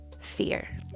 fear